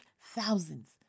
Thousands